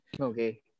Okay